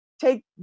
take